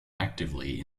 actively